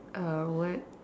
uh what